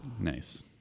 nice